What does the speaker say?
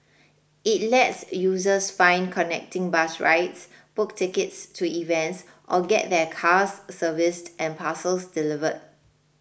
it lets users find connecting bus rides book tickets to events or get their cars serviced and parcels delivered